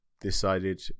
decided